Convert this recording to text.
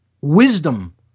Wisdom